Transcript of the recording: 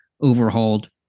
overhauled